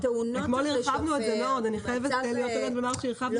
אתמול הרחבנו את זה מאוד את מה שביקשו.